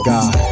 God